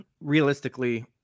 Realistically